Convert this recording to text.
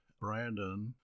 Brandon